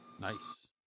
Nice